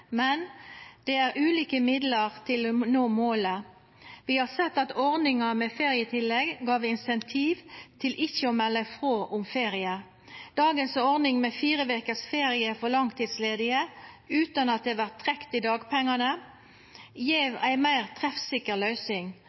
men det er ulike middel for å nå målet. Vi har sett at ordninga med ferietillegg gav insentiv til ikkje å melda ifrå om ferie. Dagens ordning med fire vekers ferie for langtidsledige utan at det vert trekt i dagpengane, gjev ei meir treffsikker løysing.